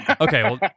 okay